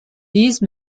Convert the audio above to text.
these